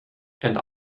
and